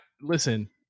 listen